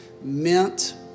meant